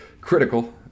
critical